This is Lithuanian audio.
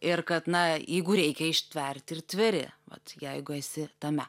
ir kad na jeigu reikia ištverti ir tveri vat jeigu esi tame